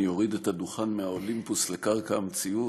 אני אוריד את הדוכן מהאולימפוס לקרקע המציאות.